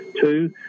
Two